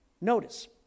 Notice